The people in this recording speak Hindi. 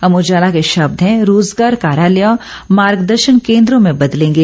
अमर उजाला के शब्द हैं रोज़गार कार्यालय मार्गदर्शन केंद्रों में बदलेंगे